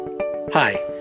Hi